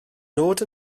nod